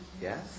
Yes